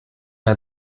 had